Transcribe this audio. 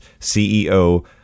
CEO